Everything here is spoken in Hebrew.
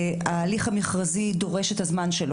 ההליך המכרזי דורש את הזמן שלו,